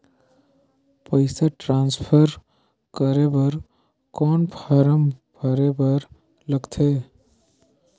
पईसा ट्रांसफर करे बर कौन फारम भरे बर लगथे?